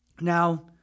now